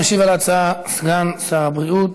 ישיב על ההצעה סגן שר הבריאות